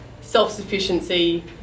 self-sufficiency